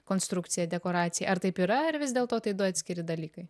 konstrukciją dekoraciją ar taip yra ar vis dėlto tai du atskiri dalykai